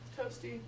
Toasty